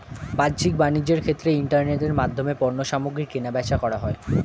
বাহ্যিক বাণিজ্যের ক্ষেত্রে ইন্টারনেটের মাধ্যমে পণ্যসামগ্রী কেনাবেচা করা হয়